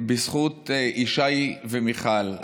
בזכות ישי ומיכל,